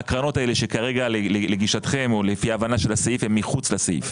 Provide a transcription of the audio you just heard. כמה קרנות יש שלגישתכם או לפי ההבנה של הסעיף הן מחוץ לסעיף?